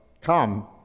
Come